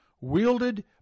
wielded